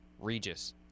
Regis